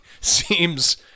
seems